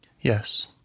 Yes